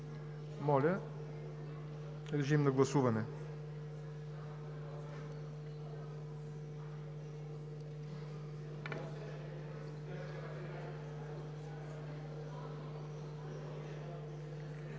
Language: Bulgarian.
Моля, режим на гласуване